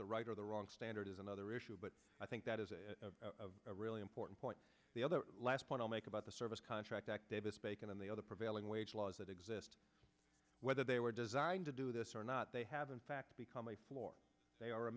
the right or the wrong standard is another issue but i think that is a really important point the other last point i'll make about the service contract that davis bacon and the other prevailing wage laws that exist whether they were designed to do this or not they have in fact become a floor they are a